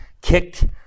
kicked